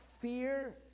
fear